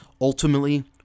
ultimately